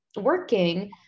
working